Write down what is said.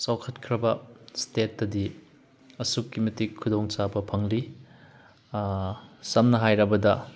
ꯆꯥꯎꯈꯠꯈ꯭ꯔꯕ ꯏꯁꯇꯦꯠꯇꯗꯤ ꯑꯁꯨꯛꯀꯤ ꯃꯇꯤꯛ ꯈꯨꯗꯣꯡꯆꯥꯕ ꯐꯪꯂꯤ ꯁꯝꯅ ꯍꯥꯏꯔꯕꯗ